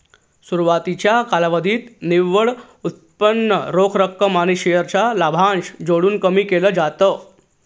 सुरवातीच्या कालावधीत निव्वळ उत्पन्न रोख रक्कम आणि शेअर चा लाभांश जोडून कमी केल जात